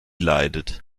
leidet